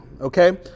Okay